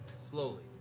Slowly